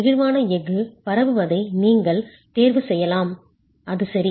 நெகிழ்வான எஃகு பரவுவதை நீங்கள் தேர்வு செய்யலாம் அது சரி